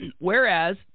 Whereas